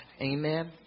amen